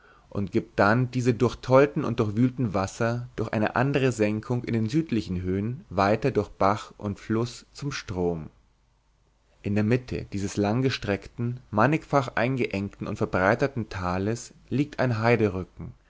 und gibt dann diese durchtollten und durchwühlten wasser durch eine andere senkung in den südlichen höhn weiter durch bach und fluß zum strom in der mitte dieses langgestreckten mannigfach eingeengten und verbreiterten tales liegt ein